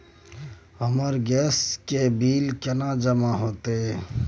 हमर गैस के बिल केना जमा होते?